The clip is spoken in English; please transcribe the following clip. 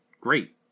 great